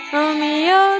Romeo